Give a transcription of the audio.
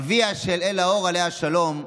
אביה של אלה אור, עליה השלום,